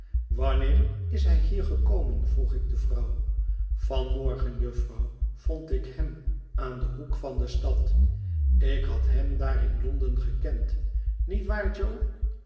wanneer is hij hier gekomen vroeg ik de vrouw yan morgen jufvrouw vond ik hem aan den hoek van de stad ik had hem daar in londen gekend niet waar jo